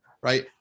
right